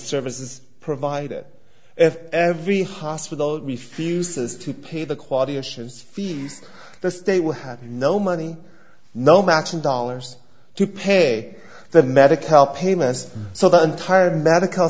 services provided if every hospital be fused has to pay the quality assurance fees the state will have no money no matching dollars to pay the medical help payments so the entire medical